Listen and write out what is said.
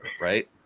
right